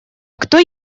кто